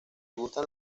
gustan